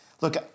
Look